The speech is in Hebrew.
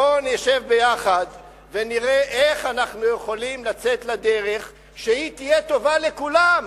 בוא נשב ביחד ונראה איך אנחנו יכולים לצאת לדרך שתהיה טובה לכולם,